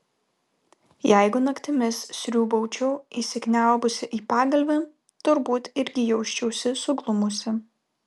jeigu naktimis sriūbaučiau įsikniaubusi į pagalvę turbūt irgi jausčiausi suglumusi